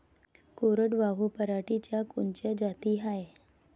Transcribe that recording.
कोरडवाहू पराटीच्या कोनच्या जाती हाये?